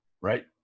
Right